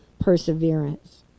perseverance